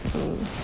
mm